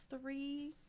three